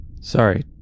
Sorry